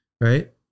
right